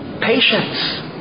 patience